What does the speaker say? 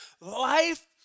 Life